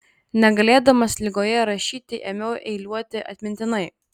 negalėdamas ligoje rašyti ėmiau eiliuoti atmintinai